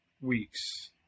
weeks